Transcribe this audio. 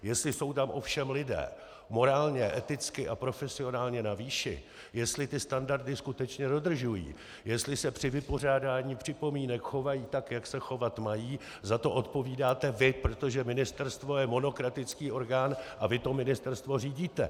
Jestli jsou tam ovšem lidé morálně, eticky a profesionálně na výši, jestli ty standardy skutečně dodržují, jestli se při vypořádání připomínek chovají tak, jak se chovat mají, za to odpovídáte vy, protože ministerstvo je monokratický orgán, a vy to ministerstvo řídíte!